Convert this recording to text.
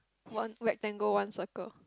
one rectangle one circle